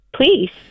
please